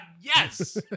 Yes